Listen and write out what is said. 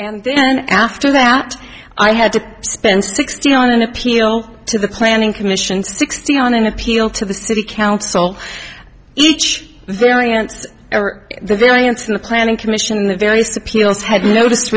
and then after that i had to spend sixty on an appeal to the planning commission sixteen on an appeal to the city council each there against the variance in the planning commission the various appeals had noticed